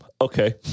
Okay